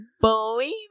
believe